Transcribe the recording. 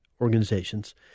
organizations